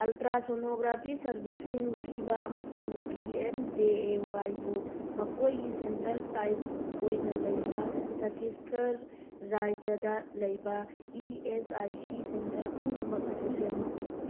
ultrasonography ꯁꯔꯕꯤꯁꯁꯤꯡ ꯄꯤꯕ ꯑꯃꯁꯨꯡ ꯄꯤ ꯑꯦꯝ ꯖꯦ ꯑꯦ ꯋꯥꯏꯕꯨ ꯃꯈꯣꯏꯒꯤ ꯁꯦꯟꯇꯔ ꯇꯥꯏꯞ ꯑꯣꯏꯅ ꯂꯩꯕ ꯆꯠꯇꯤꯁꯒꯔ ꯔꯥꯖ꯭ꯌꯥꯗ ꯂꯩꯕ E S I C centre ꯄꯨꯝꯅꯃꯛ ꯑꯗꯨ ꯁꯦꯝꯃꯨ